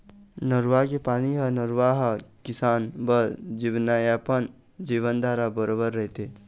नरूवा के पानी ह नरूवा ह किसान बर जीवनयापन, जीवनधारा बरोबर रहिथे